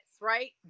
right